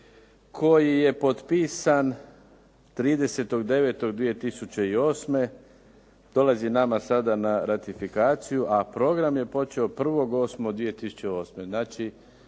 koji je potpisan 30.9.2008., dolazi nama sada na ratifikaciju, a program je počeo 1.8.2008. Znači